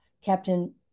Captain